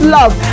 love